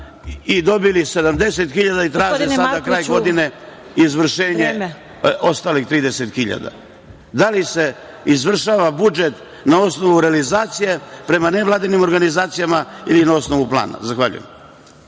i dobili 70.000 i traže sada kraj godine izvršenje ostalih 30.000? Da li se izvršava budžet na osnovu realizacije prema nevladinim organizacijama ili na osnovu plana? Zahvaljujem.